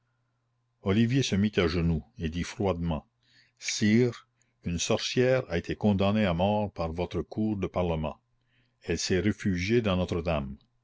olivier se mit à genoux et dit froidement sire une sorcière a été condamnée à mort par votre cour de parlement elle s'est réfugiée dans notre-dame